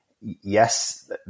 yes